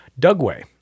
Dugway